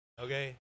okay